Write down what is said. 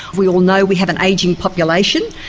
we all know we have an ageing population,